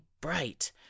bright